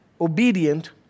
obedient